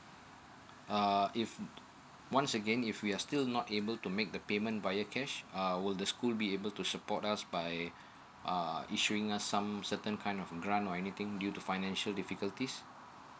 uh if once again if we are still not able to make the payment via cash uh will the school will be able to support us by uh issuing us some certain kind of run or anything due to financial difficulties